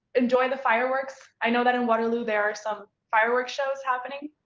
enjoy the fireworks. i know that in waterloo, there are some firework shows happening.